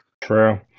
true